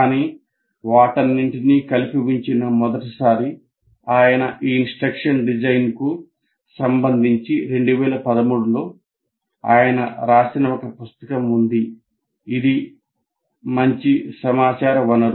కానీ వాటన్నింటినీ కలిపి ఉంచిన మొదటిసారి ఆయన ఈ ఇన్స్ట్రక్షన్ డిజైన్కు సంబంధించి 2013 లో ఆయన రాసిన ఒక పుస్తకం ఉంది ఇది మంచి సమాచార వనరు